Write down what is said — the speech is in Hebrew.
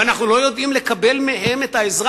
ואנחנו לא יודעים לקבל מהם את העזרה